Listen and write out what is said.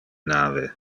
nave